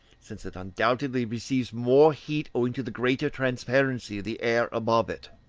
since it undoubtedly receives more heat owing to the greater transparency of the air above it